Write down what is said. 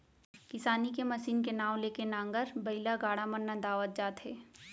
किसानी के मसीन के नांव ले के नांगर, बइला, गाड़ा मन नंदावत जात हे